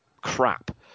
crap